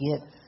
get